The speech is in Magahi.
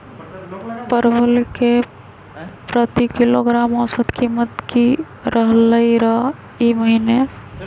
परवल के प्रति किलोग्राम औसत कीमत की रहलई र ई महीने?